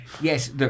Yes